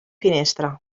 finestra